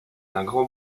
grand